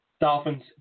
Dolphins